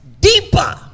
deeper